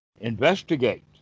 Investigate